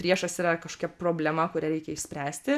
priešas yra kažkokia problema kurią reikia išspręsti